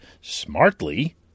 smartly